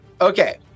Okay